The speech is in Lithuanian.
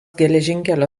geležinkelio